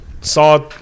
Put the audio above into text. Saw